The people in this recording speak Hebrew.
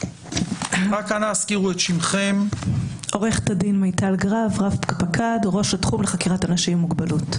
אני ראש התחום לחקירת אנשים עם מוגבלות.